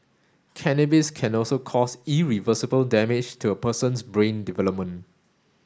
cannabis can also cause irreversible damage to a person's brain development